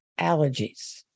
allergies